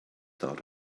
thought